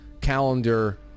calendar